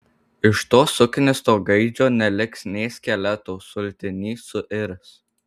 iš to suknisto gaidžio neliks nė skeleto sultiny suirs